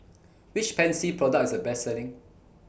Which Pansy Product IS The Best Selling